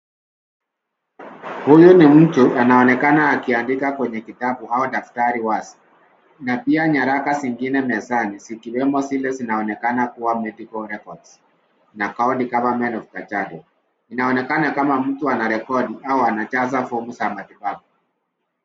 Huyu ni mtu anaonekana akiandika kwenye kitabu au daftari wazi na pia nyaraka zingine mezani zikiwemo zile zinaonekana kuwa Medical Records na County Government Of Kajiado. Inaonekana kama mtu anarekodi au anajaza fomu za matibabu.